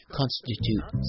constitute